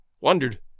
wondered